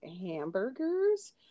hamburgers